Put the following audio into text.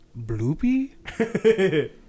Bloopy